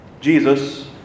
Jesus